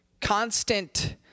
constant